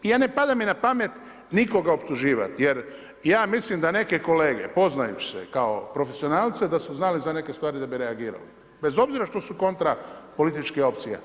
I ne pada mi na pamet nikoga optuživati jer ja mislim da neke kolege poznajući se kao profesionalce da su znali za neke stvari da bi reagirali, bez obzira što su kontra političkih opcija.